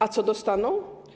A co dostaną?